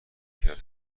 کسب